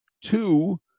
Two